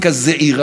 מהבניין הזה,